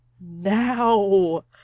now